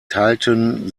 teilten